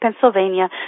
Pennsylvania